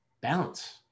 balance